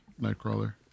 Nightcrawler